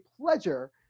pleasure